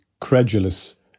credulous